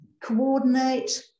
coordinate